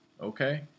Okay